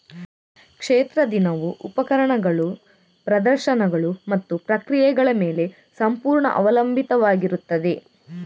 ಕ್ಷೇತ್ರ ದಿನವು ಉಪಕರಣಗಳು, ಪ್ರದರ್ಶನಗಳು ಮತ್ತು ಪ್ರಕ್ರಿಯೆಗಳ ಮೇಲೆ ಸಂಪೂರ್ಣ ಅವಲಂಬಿತವಾಗಿರುತ್ತದೆ